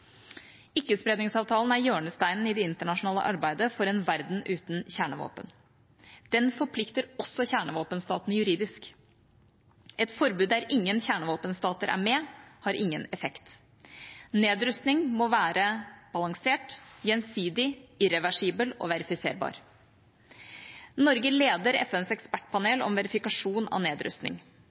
Ikkespredningsavtalen er hjørnesteinen i det internasjonale arbeidet for en verden uten kjernevåpen. Den forplikter også kjernevåpenstatene juridisk. Et forbud der ingen kjernevåpenstater er med, har ingen effekt. Nedrustning må være balansert, gjensidig, irreversibel og verifiserbar. Norge leder FNs ekspertpanel om verifikasjon av nedrustning.